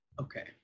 Okay